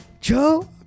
Joe